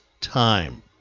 time